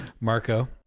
Marco